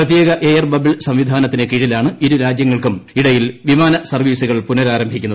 പ്രത്യേക air bubble സംവിധാനത്തിന് കീഴിലാണ് ഇരു രാജ്യങ്ങൾക്കും ഇടയിൽ വിമാന സർവ്വീസുകൾ പുനരാരംഭിക്കുന്നത്